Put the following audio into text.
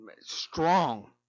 strong